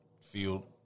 field